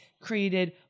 created